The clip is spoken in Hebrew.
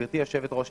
גברתי היושבת-ראש,